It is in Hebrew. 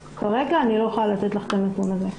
כרגע אני לא יכולה לתת לך את הנתון הזה.